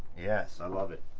yes i love it!